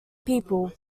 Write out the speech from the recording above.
people